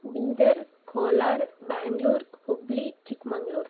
Bidar Kolar Bangalore Hubballi Chikmagalur